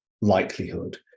likelihood